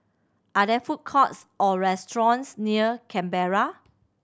are there food courts or restaurants near Canberra